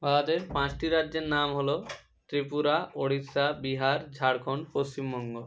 ভারতের পাঁচটি রাজ্যের নাম হলো ত্রিপুরা ওড়িষ্যা বিহার ঝাড়খন্ড পশ্চিমবঙ্গ